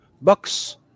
box